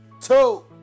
two